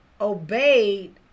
obeyed